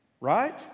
Right